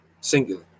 singular